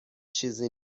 چیزی